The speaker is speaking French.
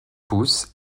pousses